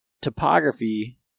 topography